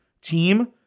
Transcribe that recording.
team